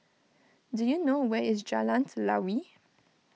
do you know where is Jalan Telawi